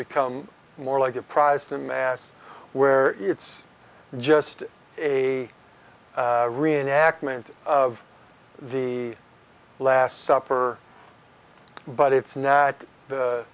become more like a prize than mass where it's just a reenactment of the last supper but it's now the